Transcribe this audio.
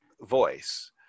voice